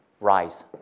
rise